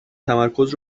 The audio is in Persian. تمرکز